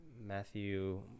Matthew